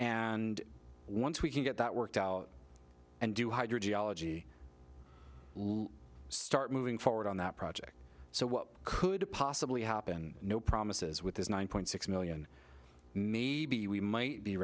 and once we can get that worked out and do hydrogen start moving forward on that project so what could possibly happen no promises with this one point six million maybe we might be